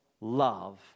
love